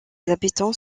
habitants